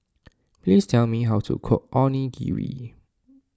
please tell me how to cook Onigiri